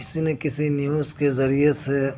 کسی نہ کسی نیوز کے ذریعے سے